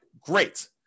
great